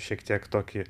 šiek tiek tokį